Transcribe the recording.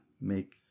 make